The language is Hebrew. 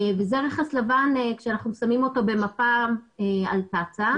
זה רכס לבן כשאנחנו שמים אותו במפה על תצ"א.